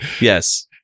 Yes